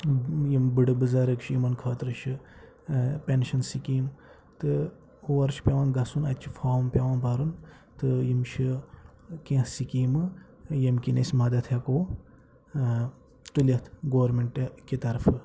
یِم بٕڈٕ بُزَرٕگ چھِ یِمَن خٲطرٕ چھِ ٲں پیٚنشَن سِکیٖم تہٕ اوٗر چھُ پیٚوان گژھُن اَتہِ چھِ فارم پیٚوان بھَرُن تہٕ یِم چھِ کیٚنٛہہ سِکیٖمہٕ ییٚمہِ کِنۍ أسۍ مدد ہیٚکو ٲں تُلِتھ گورمیٚنٛٹہٕ کہِ طرفہٕ